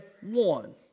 one